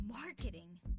Marketing